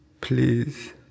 Please